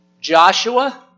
Joshua